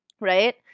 right